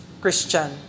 Christian